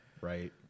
right